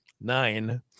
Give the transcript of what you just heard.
nine